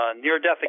near-death